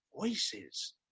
voices